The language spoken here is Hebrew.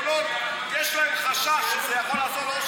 כל עוד יש להם חשש שזה יכול לעזור לראש